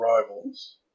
rivals